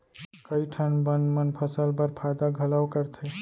कई ठन बन मन फसल बर फायदा घलौ करथे